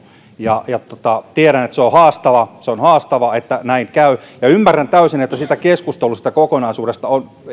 ja tiedän että se on haastava se on haastava että näin käy ja ymmärrän täysin että keskustelu siitä kokonaisuudesta on